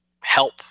help